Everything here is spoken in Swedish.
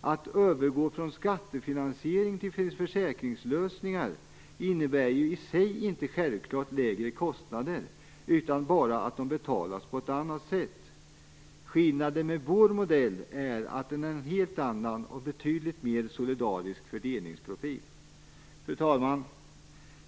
Att övergå från skattefinansiering till försäkringslösningar innebär i sig inte självklart att kostnaderna blir lägre, utan bara att kostnaderna betalas på ett anat sätt. Skillnaden är att vår modell har en helt annan, och betydligt mer solidarisk, fördelningsprofil. Fru talman!